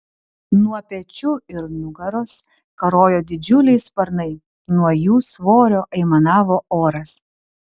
nuo pečių ir nugaros karojo didžiuliai sparnai nuo jų svorio aimanavo oras